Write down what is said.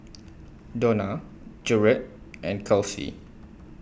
Dona Jaret and Kelsi